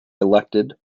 elected